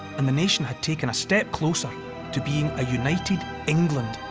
and the nation had taken a step closer to being a united england.